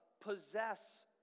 possess